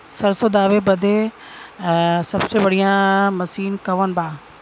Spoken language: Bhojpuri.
सरसों दावे बदे सबसे बढ़ियां मसिन कवन बा?